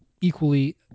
equally